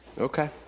Okay